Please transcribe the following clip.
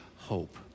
hope